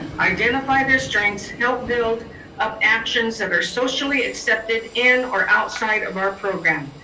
identify their strengths, help build up actions that are socially accepted in or outside of our program.